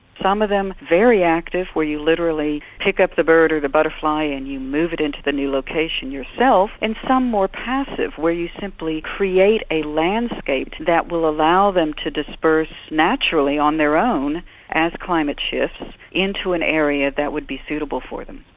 some of them very active where you literally pick up the bird or the butterfly and you move it into the new location yourself, and some more passive where you simply create a landscape that will allow them to disperse naturally on their own as climate shifts into an area that would be suitable for them.